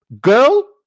girl